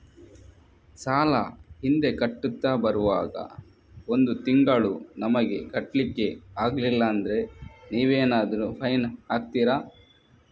ಸಾಲ ಹಿಂದೆ ಕಟ್ಟುತ್ತಾ ಬರುವಾಗ ಒಂದು ತಿಂಗಳು ನಮಗೆ ಕಟ್ಲಿಕ್ಕೆ ಅಗ್ಲಿಲ್ಲಾದ್ರೆ ನೀವೇನಾದರೂ ಫೈನ್ ಹಾಕ್ತೀರಾ?